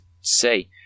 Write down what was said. say